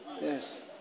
Yes